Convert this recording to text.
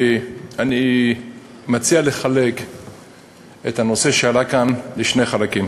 אני מציע לחלק את הנושא שעלה כאן לשני חלקים.